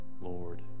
Lord